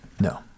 No